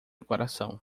coração